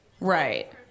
Right